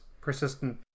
persistent